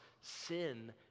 sin